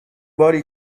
باری